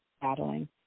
battling